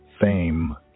fame